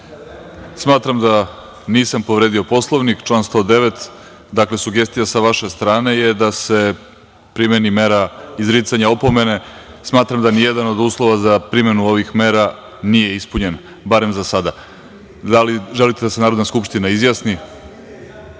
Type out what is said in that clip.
Bačevac. Smatram da nisam povredio Poslovnik, član 109.Dakle, sugestija sa vaše strane je da se primeni mera izricanja opomene. Smatram da ni jedan od uslova za primenu ovih mera nije ispunjen, barem za sada. Da li želite da se Narodna skupština izjasni?